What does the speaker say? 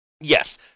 Yes